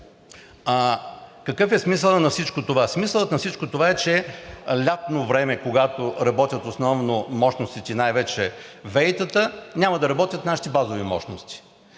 Какъв е смисълът на всичко това? Смисълът на всичко това е, че лятно време, когато работят основно мощностите, най-вече ВЕИ-тата, няма да работят нашите базови мощности.